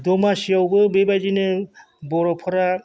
दमासियावबो बेबायदिनो बर'फोरा